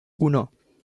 uno